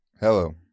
Hello